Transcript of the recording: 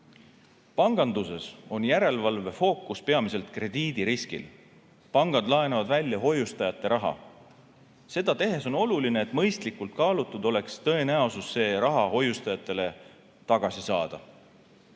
Panganduses on järelevalve fookus peamiselt krediidiriskil. Pangad laenavad välja hoiustajate raha. Seda tehes on oluline, et mõistlikult kaalutud oleks tõenäosus see raha hoiustajatele tagasi saada.